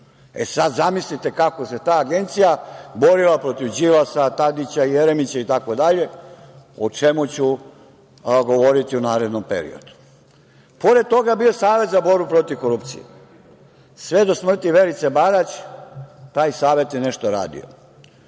E, sada, zamislite kako se ta agencija borila protiv Đilasa, Tadića, Jeremića itd, o čemu ću govoriti u narednom periodu. Pored toga je bio i Savet za borbu protiv korupcije. Sve do smrti Verice Barać taj savet je nešto radio.